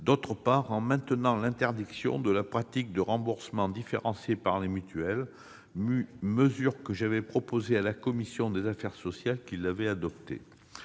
d'autre part, en maintenant l'interdiction de la pratique des remboursements différenciés par les mutuelles, mesure que j'avais proposée à la commission des affaires sociales, qui l'avait adoptée.